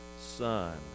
son